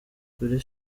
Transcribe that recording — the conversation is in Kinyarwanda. kuri